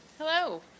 Hello